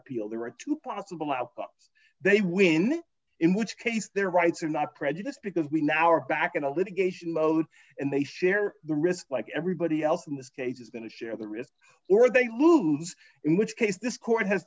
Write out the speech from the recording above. appeal there are two possible outcomes they win that in which case their rights are not prejudice because we now are back in a litigation mode and they share the risk like everybody else in this case is going to share the risk or they lose in which case this court has